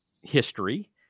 history